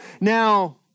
Now